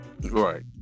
Right